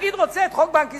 הנגיד רוצה את חוק בנק ישראל,